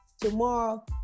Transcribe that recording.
tomorrow